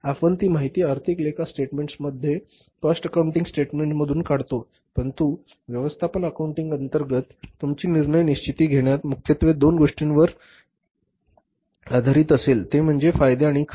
आपण ती माहिती आर्थिक लेखा स्टेटमेन्ट्स कॉस्ट अकाउंटिंग स्टेटमेन्ट्समधून काढतो परंतु व्यवस्थापन अकाउंटिंग अंतर्गत तुमची निर्णय निश्चिती घेण्यात मुख्यत्वे दोन गोष्टींवरआधारित असेल ते म्हणजे फायदे आणि खर्च